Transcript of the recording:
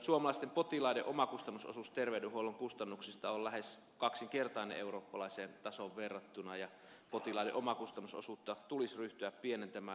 suomalaisten potilaiden omakustannusosuus terveydenhuollon kustannuksista on lähes kaksinkertainen eurooppalaiseen tasoon verrattuna ja potilaiden omakustannusosuutta tulisi ryhtyä pienentämään